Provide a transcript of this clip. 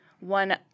one